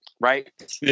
right